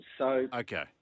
Okay